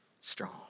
strong